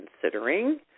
considering